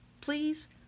please